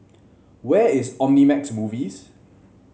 where is Omnimax Movies